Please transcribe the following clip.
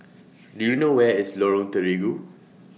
Do YOU know Where IS Lorong Terigu